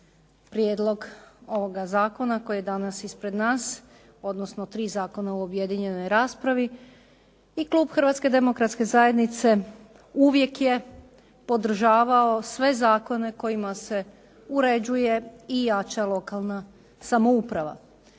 prijedlog ovoga zakona koji je danas ispred nas, odnosno tri zakona u objedinjenoj raspravi. I klub Hrvatske demokratske zajednice uvijek je podržavao sve zakone kojima se uređuje i jača lokalna samouprava.